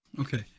Okay